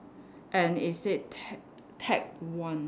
and it said ta~ ta~ one